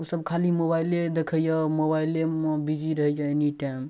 ओसभ खाली मोबाइले देखैए मोबाइलेमे बिजी रहै छै एनी टाइम